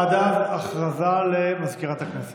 עד אז, הודעה לסגנית מזכירת הכנסת.